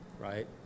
Right